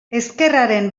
ezkerraren